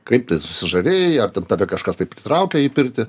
kaip tu ja susižavėjai ar ten tave kažkas taip pritraukė į pirtį